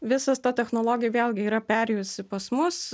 visas ta technologija vėlgi yra perėjusi pas mus